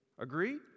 agreed